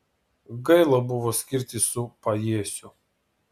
gaila buvo skirtis su pajiesiu